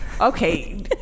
Okay